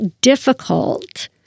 difficult